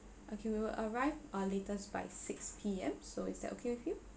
okay we will arrive uh latest by six P_M so is that okay with you